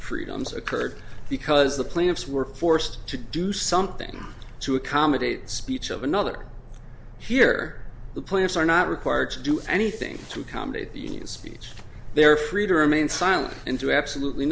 freedoms occurred because the plaintiffs were forced to do something to accommodate speech of another here the plants are not required to do anything to accommodate the speech they are free to remain silent and do absolutely